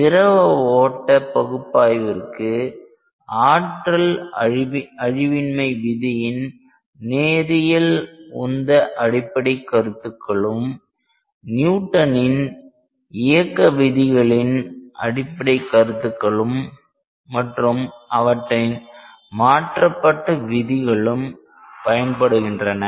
திரவ ஓட்ட பகுப்பாய்விற்கு ஆற்றல் அழிவின்மை விதியின் நேரியல் உந்த அடிப்படைக் கருத்துக்களும் நியூட்டனின் இயக்க விதிகளின் அடிப்படைக் கருத்துக்களும் மற்றும் அவற்றின் மாற்றப்பட்ட விதிகளும் பயன்படுகின்றன